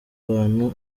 abantu